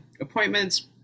appointments